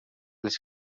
les